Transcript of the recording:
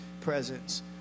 presence